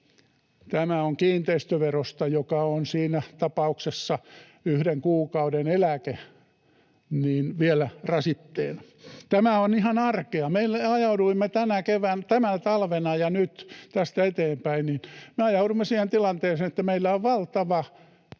Tämä on kiinteistöverosta, joka on siinä tapauksessa yhden kuukauden eläke, vielä rasitteena. Tämä on ihan arkea. Me ajauduimme tänä talvena ja nyt tästä eteenpäin siihen tilanteeseen, että meillä on valtava